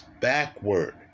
backward